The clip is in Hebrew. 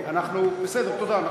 בסדר, תודה.